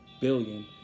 billion